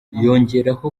yongeraho